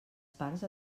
parts